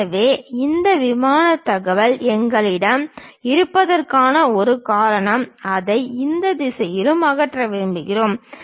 எனவே இந்த விமானத் தகவல் எங்களிடம் இருப்பதற்கான ஒரு காரணம் அதை இந்த திசையிலும் அகற்ற விரும்புகிறோம்